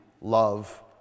love